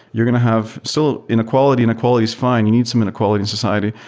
you're going to have still inequality. inequality is fine. you need some inequality in society,